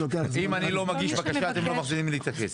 אם אני לא מגיש בקשה אתם לא מחזירים לי את הכסף,